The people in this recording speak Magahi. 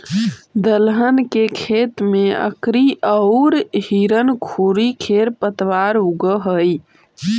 दलहन के खेत में अकरी औउर हिरणखूरी खेर पतवार उगऽ हई